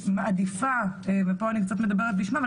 מעדיפה פה אני קצת מדברת בשמה,